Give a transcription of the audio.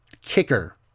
kicker